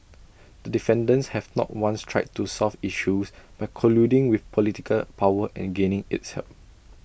the defendants have not once tried to solve issues by colluding with political power and gaining its help